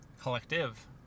Collective